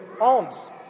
alms